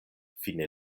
fine